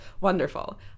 wonderful